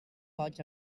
boig